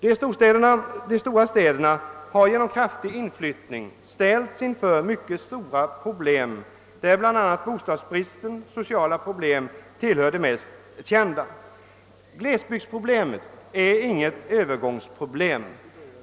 De stora städerna har genom kraftig inflyttning ställts inför mycket stora problem, där bl.a. bostadsbristens sociala verkningar tillhör de mest kända. Glesbygdsproblemet är inget Öövergångsproblem.